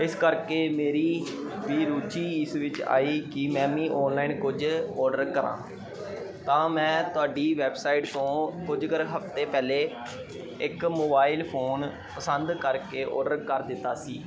ਇਸ ਕਰਕੇ ਮੇਰੀ ਵੀ ਰੁਚੀ ਇਸ ਵਿੱਚ ਆਈ ਕਿ ਮੈਂ ਵੀ ਔਨਲਾਈਨ ਕੁਝ ਆਰਡਰ ਕਰਾਂ ਤਾਂ ਮੈਂ ਤੁਹਾਡੀ ਵੈਬਸਾਈਟ ਤੋਂ ਕੁਝ ਕਰ ਹਫਤੇ ਪਹਿਲੇ ਇੱਕ ਮੋਬਾਈਲ ਫੋਨ ਪਸੰਦ ਕਰਕੇ ਆਰਡਰ ਕਰ ਦਿੱਤਾ ਸੀ